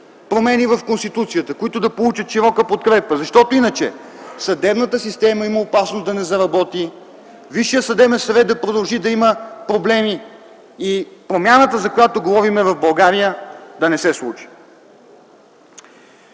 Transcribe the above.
промени в Конституцията, които да получат широка подкрепа, защото иначе съдебната система има опасност да не заработи, Висшият съдебен съвет да продължи да има проблеми и промяната, за която говорим в България, да не се случи.